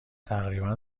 تقریبا